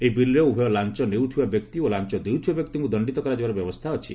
ଏହି ବିଲ୍ରେ ଉଭୟ ଲାଞ୍ଚ ନେଉଥିବା ବ୍ୟକ୍ତି ଓ ଲାଞ୍ଚ ଦେଉଥିବା ବ୍ୟକ୍ତିଙ୍କ ଦଶ୍ଚିତ କରାଯିବାର ବ୍ୟବସ୍ଥା ଅଛି